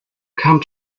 come